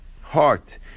heart